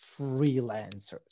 freelancers